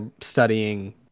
studying